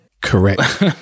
Correct